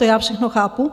To já všechno chápu.